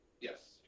Yes